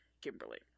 Kimberly